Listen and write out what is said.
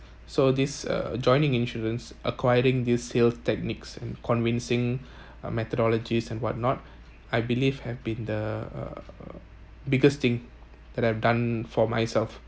so this uh joining insurance acquiring these skill techniques and convincing uh methodologies and whatnot I believe have been the uh biggest thing that I've done for myself